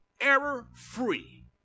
Error-free